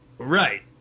Right